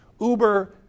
Uber